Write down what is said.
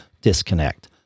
disconnect